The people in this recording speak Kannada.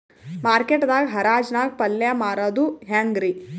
ಮಾರ್ಕೆಟ್ ದಾಗ್ ಹರಾಜ್ ನಾಗ್ ಪಲ್ಯ ಮಾರುದು ಹ್ಯಾಂಗ್ ರಿ?